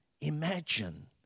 imagine